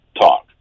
talk